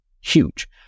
huge